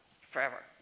forever